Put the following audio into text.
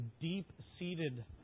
deep-seated